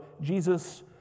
Jesus